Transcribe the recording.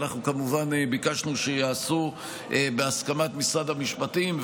אנחנו כמובן ביקשנו שייעשו בהסכמת משרד המשפטים,